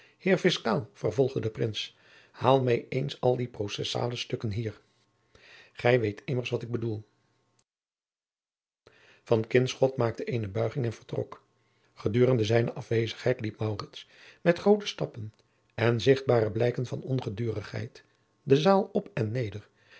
heer fiscaal vervolgde de prins haal mij eens al die processale stukken hier gij weet immers wat ik bedoel van kinschot maakte eene buiging en vertrok gedurende zijne afwezigheid liep maurits met groote stappen en zichtbare blijken van ongedurigheid de zaal op en neder